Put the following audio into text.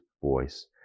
voice